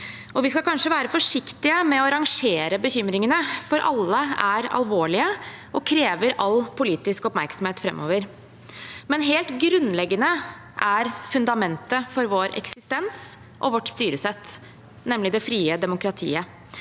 Vi skal kanskje være forsiktige med å rangere bekymringene, for alle er alvorlige og krever all politisk oppmerksomhet framover. Men helt grunnleggende er fundamentet for vår eksistens og vårt styresett, nemlig det frie demokratiet.